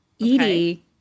Edie